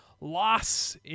loss